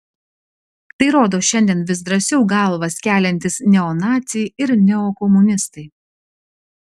tai rodo šiandien vis drąsiau galvas keliantys neonaciai ir neokomunistai